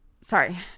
sorry